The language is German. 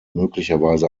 möglicherweise